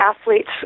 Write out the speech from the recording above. athletes